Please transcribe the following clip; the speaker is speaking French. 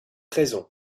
raison